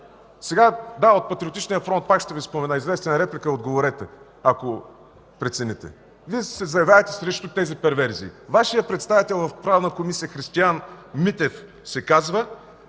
България. От Патриотичния фронт пак ще Ви спомена – излезте с реплика и ми отговорете, ако прецените. Вие се заявявате срещу тези перверзии. Вашият представител в Правната комисия – Христиан Митев се казва,